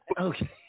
Okay